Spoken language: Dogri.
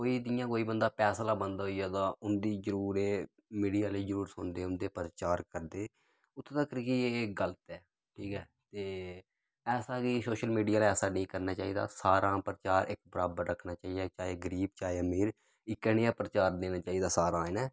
कोई जियां कोई बंदा पैसे आह्ला बन्दा होई जाह्गा उन्दी जरूर एह् मीडिया आह्ले जरूर सुनदे उन्दे प्रचार करदे उत्थुं तकर कि एह् गलत ऐ ठीक ऐ ते ऐसा कि सोशल मीडिया आह्ले ऐसा नेईं करना चाहिदा सारा प्रचार एक्क बराबर रक्खना चाहिदा चाहे गरीब चाहे आमिर इक्कै नेहा प्रचार देना चाहिदा सारा इनें